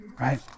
right